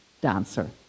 dancer